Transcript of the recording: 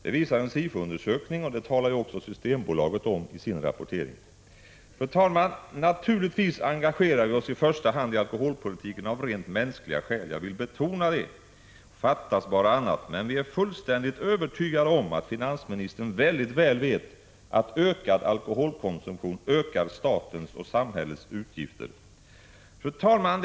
Det visar en Sifo-undersökning, och det talar också Systembolaget om i sin rapportering. Fru talman! Naturligtvis engagerar vi oss i första hand i alkoholpolitiken av rent mänskliga skäl — jag vill betona det, fattas bara annat —, men vi är fullständigt övertygade om att finansministern mycket väl vet att ökad alkoholkonsumtion ökar samhällets utgifter. Fru talman!